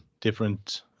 different